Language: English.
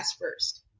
first